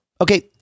Okay